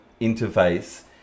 interface